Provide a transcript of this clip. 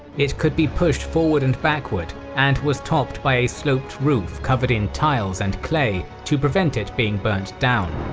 it could be pushed forward and backward and was topped by a sloped roof covered in tiles and clay to prevent it being burnt down.